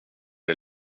dig